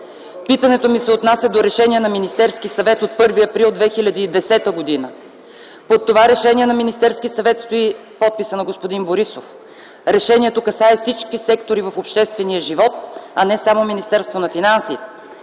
питането ми се отнася до Решение на Министерския съвет от 1 април 2010 г. Под това решение на Министерския съвет стои подписът на господин Борисов. Решението касае всички сектори в обществения живот, а не само Министерството на финансите,